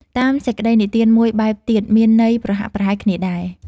តាមសេចក្ដីនិទានមួយបែបទៀត មានន័យប្រហាក់ប្រហែលគ្នាដែរ។